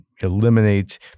eliminate